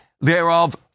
thereof